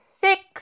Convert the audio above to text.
six